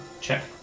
check